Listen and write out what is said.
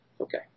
Okay